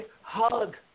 hug